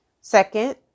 Second